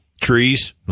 Trees